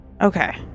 Okay